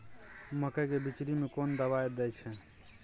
मकई के बिचरी में कोन दवाई दे छै?